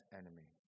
enemy